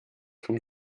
vom